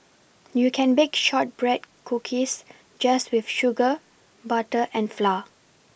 you can bake shortbread cookies just with sugar butter and flour